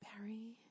Barry